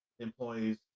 employees